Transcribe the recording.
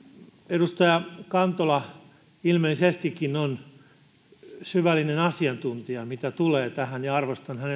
edustaja kantola ilmeisestikin on syvällinen asiantuntija mitä tulee tähän ja arvostan